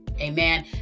amen